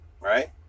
right